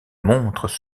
montres